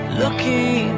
looking